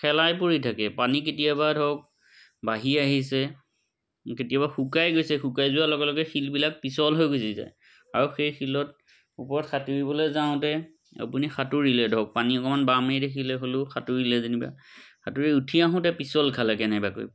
শেলাই পৰি থাকে পানী কেতিয়াবা ধৰক বাঢ়ি আহিছে কেতিয়াবা শুকাই গৈছে শুকাই যোৱাৰ লগে লগে শিলবিলাক পিচল হৈ গুচি যায় আৰু সেই শিলৰ ওপৰত সাঁতুৰিবলৈ যাওঁতে আপুনি সাঁতুৰিলে ধৰক পানী অকণমান বামেই দেখিলে হ'লেও সাঁতুৰিলে যেনিবা সাঁতুৰি উঠি আহোঁতে পিচল খালে কেনেবাকৈ